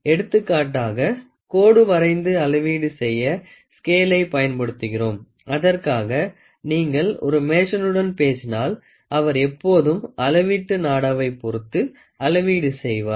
எடுத்துக்காட்டாக கோடு வரைந்து அளவீடு செய்ய ஸ்கேளை பயன்படுத்துகிறோம் அதற்காக நீங்கள் ஒரு மேசனுடன் பேசினால் அவர் எப்போதும் அளவீட்டு நாடாவைப் பொறுத்து அளவீடு செய்வார்